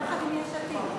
יחד עם יש עתיד.